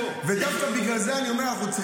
ודווקא בגלל זה אני אומר: אנחנו צריכים